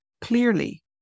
clearly